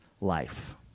life